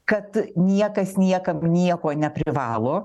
kad niekas niekam nieko neprivalo